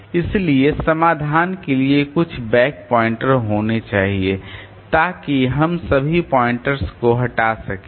इसलिए समाधान के लिए कुछ बैक प्वाइंटर होने चाहिए ताकि हम सभी पॉइंटर्स को हटा सकें